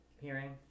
hearing